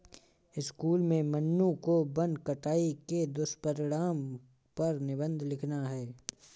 school में मन्नू को वन कटाई के दुष्परिणाम पर निबंध लिखना है